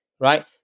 Right